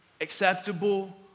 acceptable